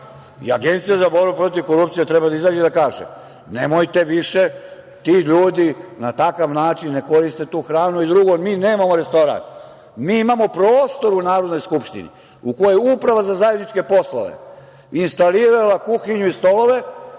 lažu? Agencija za borbu protiv korupcije treba da izađe i da kaže - nemojte više, ti ljudi na takav način ne koriste tu hranu, i drugo, mi nemamo restoran, mi imamo prostor u Narodnoj skupštini, u kojoj je Uprava za zajedničke poslove instalirala kuhinju i stolove,